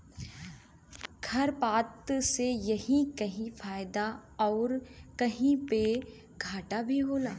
खरपात से कहीं कहीं फायदा आउर कहीं पे घाटा भी होला